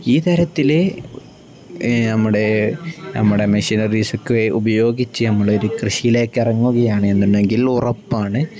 ഈ തരത്തിൽ നമ്മുടെ നമ്മുടെ മെഷിനറീസൊക്കെ ഉപയോഗിച്ചു നമ്മൾ ഒരു കൃഷിയിലേക്ക് ഇറങ്ങുകയാണെന്നുണ്ടെങ്കിൽ ഉറപ്പാണ്